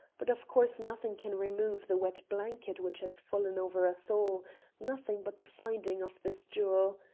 but, of course, nothing can remove the wet blanket which has fallen over us all nothing but the finding of this jewel.